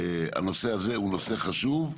הנושא הזה הוא נושא חשוב,